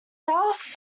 south